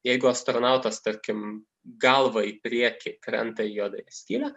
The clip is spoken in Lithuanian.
jeigu astronautas tarkim galva į priekį krenta į juodąją skylę